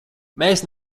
mēs